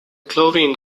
chlorine